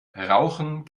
rauchen